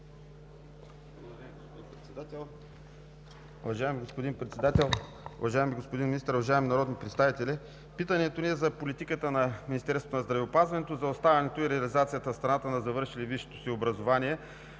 Уважаеми господин Председател, уважаеми господин Министър, уважаеми народни представители! Питането ни е за политиката на Министерството на здравеопазването за оставането и реализацията в страната на завършилите висшето си образование